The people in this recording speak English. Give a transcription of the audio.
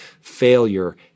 Failure